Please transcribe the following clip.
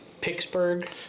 Pittsburgh